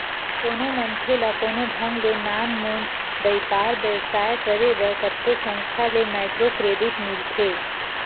कोनो मनखे ल कोनो ढंग ले नानमुन बइपार बेवसाय करे बर कतको संस्था ले माइक्रो क्रेडिट मिलथे